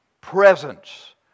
presence